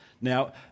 Now